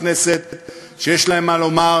כנסת ולכל חברת כנסת שיש להם מה לומר,